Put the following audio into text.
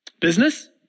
Business